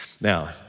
Now